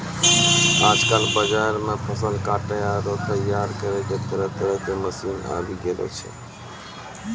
आजकल बाजार मॅ फसल काटै आरो तैयार करै के तरह तरह के मशीन आबी गेलो छै